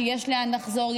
שיש לאן לחזור,